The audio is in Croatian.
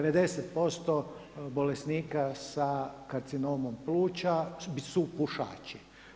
90% bolesnika sa karcinomom pluća su pušaći.